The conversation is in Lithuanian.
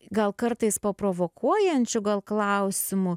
gal kartais paprovokuojančių gal klausimų